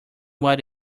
what